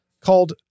called